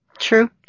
True